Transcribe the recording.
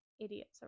idiots